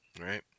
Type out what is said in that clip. right